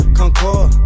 concord